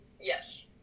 Yes